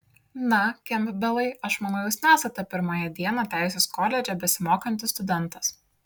na kempbelai aš manau jūs nesate pirmąją dieną teisės koledže besimokantis studentas